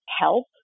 help